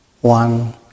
one